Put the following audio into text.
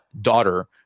daughter